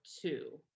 two